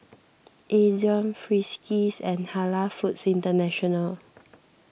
Ezion Friskies and Halal Foods International